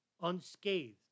unscathed